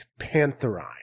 pantherine